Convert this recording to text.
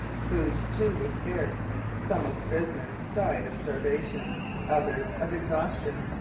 food, too, was scarce. some of the prisoners died of starvation others of exhaustion.